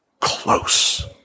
close